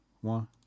one